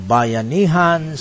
Bayanihan